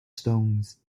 stones